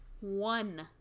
one